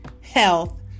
health